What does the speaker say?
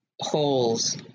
holes